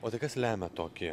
o tai kas lemia tokį